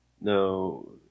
No